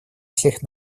всех